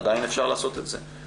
עדיין אפשר לעשות את זה.